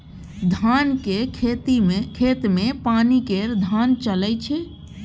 धान केर खेत मे पानि केर धार चलइ छै